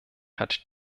hat